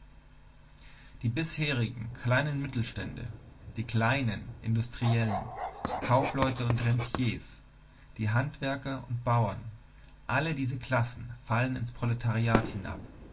die bisherigen kleinen mittelstände die kleinen industriellen kaufleute und rentiers die handwerker und bauern alle diese klassen fallen ins proletariat hinab